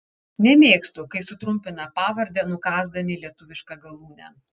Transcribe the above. nemėgstu kai sutrumpina pavardę nukąsdami lietuvišką galūnę